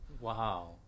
Wow